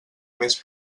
més